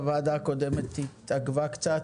הוועדה הקודמת התעכבה קצת,